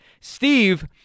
Steve